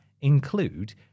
include